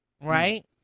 right